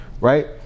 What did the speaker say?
right